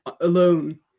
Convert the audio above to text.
alone